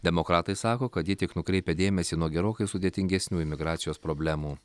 demokratai sako kad ji tik nukreipia dėmesį nuo gerokai sudėtingesnių imigracijos problemų